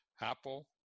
Apple